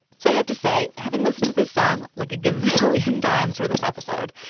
so i have to say, having listened to this song like a gazillion times or this episode,